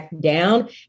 down